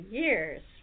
years